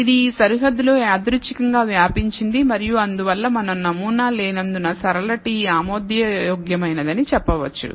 ఇది ఈ సరిహద్దులో యాదృచ్ఛికంగా వ్యాపించింది మరియు అందువల్ల మనం నమూనా లేనందున సరళ t ఆమోదయోగ్యమైనదని చెప్పవచ్చు